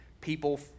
people